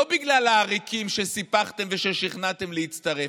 לא בגלל העריקים שסיפחתם וששכנעתם להצטרף,